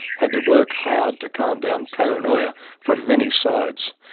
had to work hard to calm down paranoia from many sides.